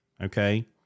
Okay